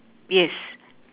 yes